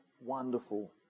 wonderful